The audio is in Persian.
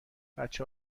بچه